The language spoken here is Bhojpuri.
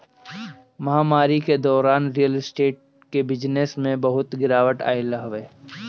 महामारी के दौरान रियल स्टेट के बिजनेस में बहुते गिरावट आइल हवे